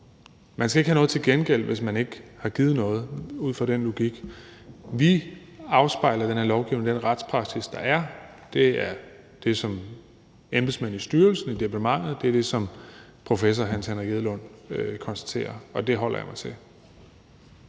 den logik ikke have noget til gengæld, hvis man ikke har givet noget. Vi afspejler i den her lovgivning den retspraksis, der er. Det er det, som embedsmændene i styrelsen og i departementet siger, og det er det, som Hans Henrik Edlund konstaterer. Og det holder jeg mig til.